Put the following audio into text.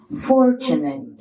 fortunate